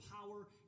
power